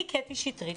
אני קטי שטרית,